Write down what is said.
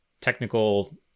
technical